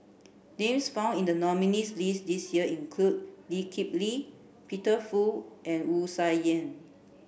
names found in the nominees' list this year include Lee Kip Lee Peter Fu and Wu Tsai Yen